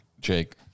Jake